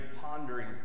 pondering